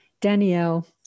danielle